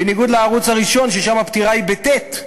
בניגוד לערוץ הראשון ששם הפטירה היא בטי"ת.